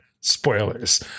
spoilers